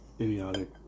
idiotic